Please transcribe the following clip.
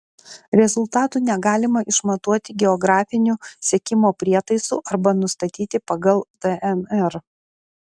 rezultatų negalima išmatuoti geografiniu sekimo prietaisu arba nustatyti pagal dnr